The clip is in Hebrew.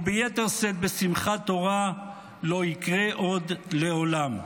וביתר שאת בשמחת תורה, לא יקרה עוד לעולם.